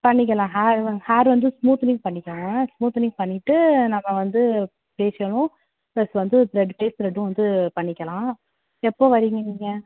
பண்ணிக்கலாம் hair hair வந்து smoothening பண்ணிக்கங்க ஸ்மூத்துனிங் பண்ணிட்டு நம்ம வந்து ஃபேஸியலும் பிளஸ் வந்து த்ரெட் ஃபேஸ் த்ரெட்டும் வந்து பண்ணிக்கலாம் எப்போ வர்றீங்க நீங்கள்